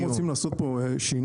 אם רוצים לעשות פה שינוי,